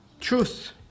truth